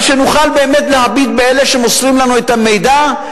אבל נוכל להביט באלה שמוסרים לנו את המידע,